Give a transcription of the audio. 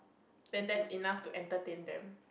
then that's enough to entertain them